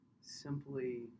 simply